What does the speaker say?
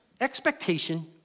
expectation